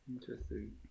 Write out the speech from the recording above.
Interesting